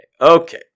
Okay